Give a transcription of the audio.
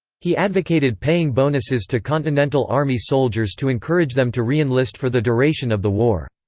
he advocated paying bonuses to continental army soldiers to encourage them to reenlist for the duration of the war.